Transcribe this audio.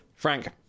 Frank